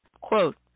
Quote